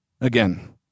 Again